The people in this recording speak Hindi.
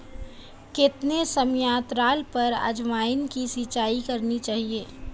कितने समयांतराल पर अजवायन की सिंचाई करनी चाहिए?